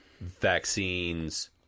vaccines